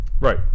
Right